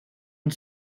une